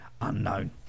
unknown